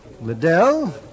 Liddell